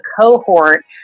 cohort